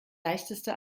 leichteste